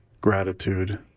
gratitude